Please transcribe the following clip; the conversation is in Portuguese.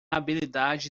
habilidade